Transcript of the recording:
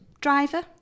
driver